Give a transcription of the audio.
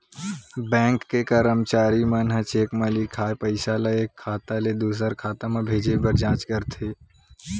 bank के करमचारी मन ह चेक म लिखाए पइसा ल एक खाता ले दुसर खाता म भेजे बर जाँच करथे